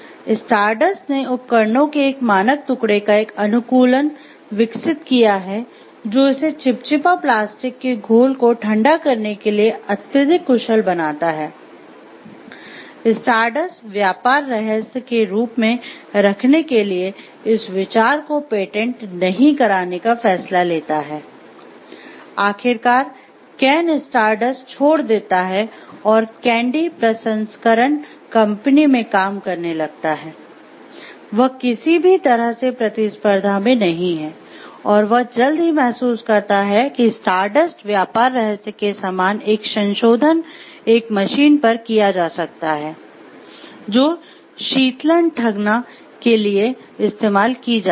stardust के लिए इस्तेमाल की जाती है